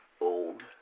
old